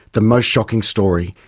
the most shocking story,